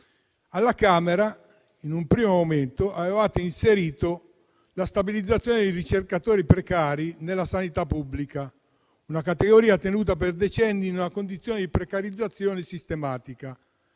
deputati, in un primo momento, avevate inserito la stabilizzazione dei ricercatori precari nella sanità pubblica, una categoria tenuta per decenni in una condizione di precarizzazione sistematica,